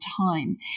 time